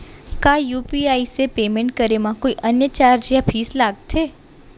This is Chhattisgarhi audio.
का यू.पी.आई से पेमेंट करे म कोई अन्य चार्ज या फीस लागथे?